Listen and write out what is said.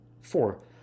Four